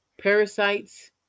Parasites